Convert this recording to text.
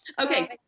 Okay